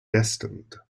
destined